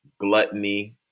gluttony